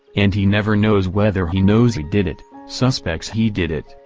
and he never knows whether he knows he did it, suspects he did it,